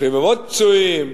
רבבות פצועים,